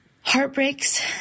heartbreaks